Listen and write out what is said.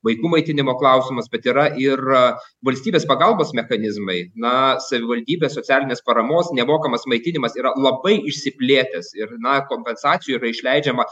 vaikų maitinimo klausimus bet yra ir valstybės pagalbos mechanizmai na savivaldybės socialinės paramos nemokamas maitinimas yra labai išsiplėtęs ir na kompensacijų yra išleidžiama